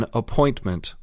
appointment